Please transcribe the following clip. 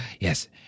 yes